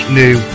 new